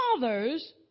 fathers